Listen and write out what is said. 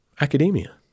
academia